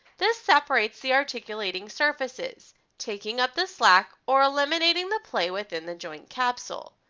this separates the articulating surfaces taking up the slack or eliminating the play within the joint capsule.